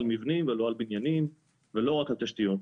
מבנים ולא על בניינים ולא רק על תשתיות.